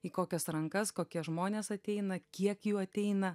į kokias rankas kokie žmonės ateina kiek jų ateina